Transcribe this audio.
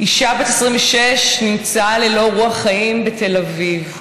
אישה בת 26 נמצאה ללא רוח חיים בתל אביב.